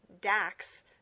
Dax